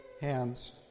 hands